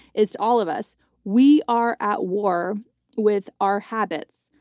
is to all of us we are at war with our habits.